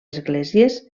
esglésies